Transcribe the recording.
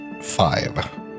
five